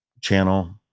channel